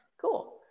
cool